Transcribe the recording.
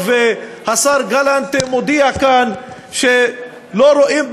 אדוני השר, תקשיב לי דקה אחת, ותאמין לי,